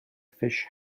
fish